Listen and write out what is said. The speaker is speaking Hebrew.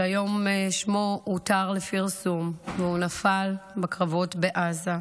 ששמו הותר לפרסום היום, הוא נפל בקרבות בעזה,